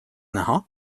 näha